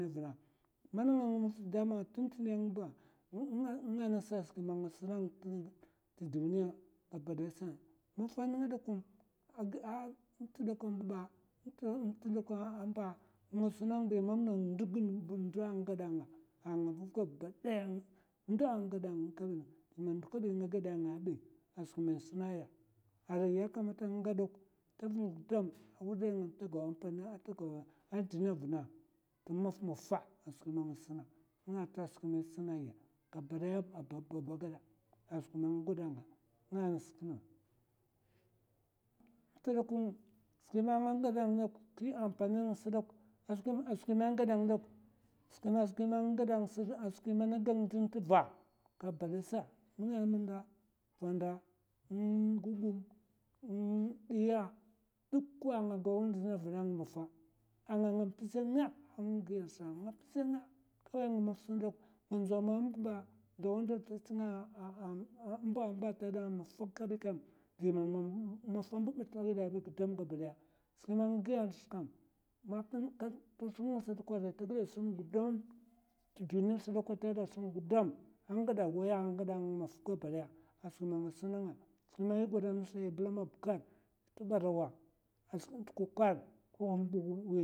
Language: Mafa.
mana ngag nga's, dama tun tuni ng'ba nga ngasa skwi man nga sun tduniya gabadaya sa. Mafa nènga dokun nt dakwa mbu'ba, nt dakwa mba nga suna ng bi a mam na ndo gin ndo a nga'gada nga, a ngav ba gabadaya ndo nga gada ng duka gina ndu kabi nga gèda nga bi a skwi mai suna ya. Arai ya kamata nga gwad dok tavng gudam a wudai nga ta gaw ampan ata gaw zlina vna tmafmafa a skiw mai suna nga'nta skwi mai suna ya arai a bab babba gada a skwi ma nga gada nga. nga nas tnga. ant dokun, skwi ma nga gada ngdok gili ampani ngasa dok a skwi man gan zlin tva gaba dayasa, nènga m'nda, umm gugum. umm diya, dukwa nga gaw zlina vna ng'mafa. a nga'nga mpzè nga a ngagiya sa, nga pzèna kawai nga maf sdok a ndzo mam'ba ndawa ndawa ta chi nga ah a mba'mba tda'a maf kabi kam, di man maf mbu'bi tè gèda bi gudam ba gida skwi man nga giya ndus kam arai tagada sun gudam tduniy sa dok tagada sun gudam a nga gada waya ngagada ngmaf gabadaya a skwi ma nga suna nga nai gwada yi blama bukar kt barawa a skwin t'kwakwar kuwan tubu.